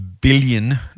billion